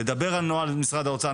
נדבר על נוהל משרד האוצר,